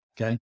okay